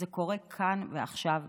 זה קורה כאן ועכשיו בישראל.